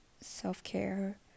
self-care